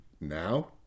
now